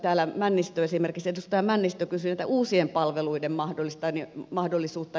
täällä esimerkiksi edustaja männistö kysyi uusien palveluiden mahdollisuutta